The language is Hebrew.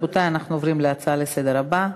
רבותי, אנחנו עוברים להצעות לסדר-היום הבאות: